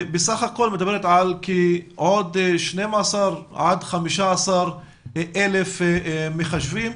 בסך הכול מדברת על עוד כ-12 עד 15 אלף מחשבים,